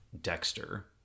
Dexter